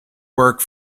work